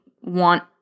want